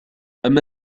أما